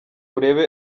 urebe